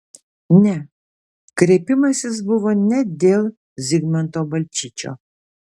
ne kreipimasis buvo ne dėl zigmanto balčyčio